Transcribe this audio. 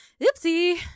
Oopsie